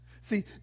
See